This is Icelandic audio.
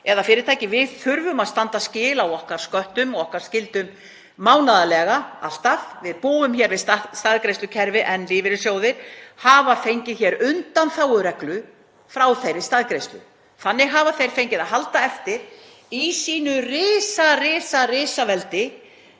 eða fyrirtæki. Við þurfum að standa skil á okkar sköttum og skyldum mánaðarlega, alltaf. Við búum við staðgreiðslukerfi en lífeyrissjóðir hafa fengið undanþágureglu frá þeirri staðgreiðslu. Þannig hafa þeir fengið að halda eftir í sínu risaveldi, peningaveldi